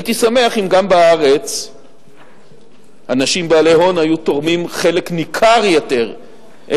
הייתי שמח אם גם בארץ אנשים בעלי הון היו תורמים חלק ניכר יותר מרכושם,